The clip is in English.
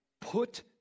Put